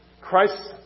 Christ